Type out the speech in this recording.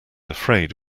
afraid